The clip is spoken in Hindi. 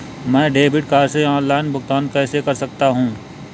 मैं डेबिट कार्ड से ऑनलाइन भुगतान कैसे कर सकता हूँ?